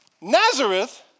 Nazareth